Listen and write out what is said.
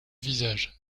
visage